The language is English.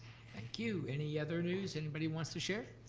thank you. any other news anybody wants to share?